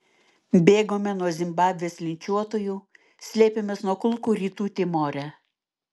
bėgome nuo zimbabvės linčiuotojų slėpėmės nuo kulkų rytų timore